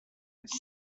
its